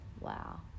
Wow